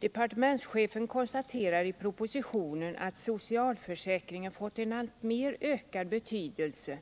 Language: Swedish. Departementschefen konstaterar i propositionen att socialförsäkringen fått en alltmer ökad betydelse